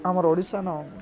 ଆମର ଓଡ଼ିଶାନ